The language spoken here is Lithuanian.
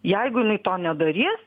jeigu jinai to nedarys